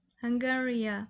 Hungary